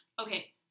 Okay